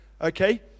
Okay